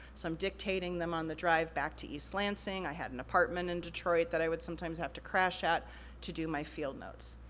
so, i'm dictating them on the drive back to east lansing, i had an apartment in detroit that i would sometimes have to crash at to do my field notes.